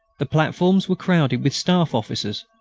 the platforms were crowded with staff officers.